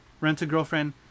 Rent-A-Girlfriend